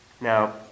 Now